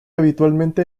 habitualmente